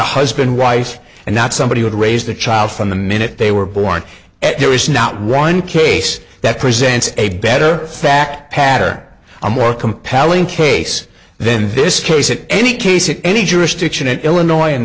not husband wife and not somebody would raise the child from the minute they were born and there is not one case that presents a better fact patter a more compelling case then this case it any case in any jurisdiction in illinois